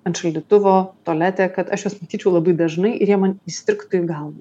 ant šaldytuvo tualete kad aš juos matyčiau labai dažnai ir jie man įstrigtų į galvą